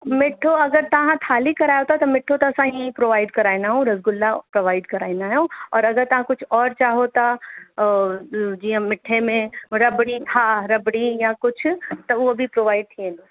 मिठो अगरि तव्हां थाली करायो था त मिठो त असां ईअं ई प्रोवाइड कराईंदा आहियूं रसगुल्ला प्रोवाइड कराईंदा आहियूं औरि अगरि तव्हां कुझु औरि चाहो था जीअं मिठे में रबड़ी हा रबड़ी या कुझ त उहो बि प्रोवाइड थी वेंदो